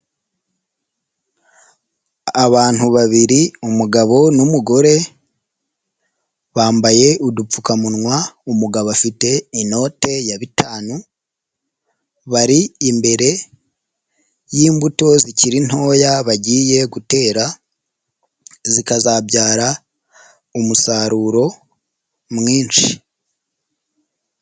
Abantu babiri umugabo n'umugore bambaye udupfukamunwa umugabo afite inote ya bitanu bari imbere y'imbuto zikiri ntoya bagiye gutera zikazabyara umusaruro mwinshi.